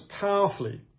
powerfully